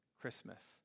Christmas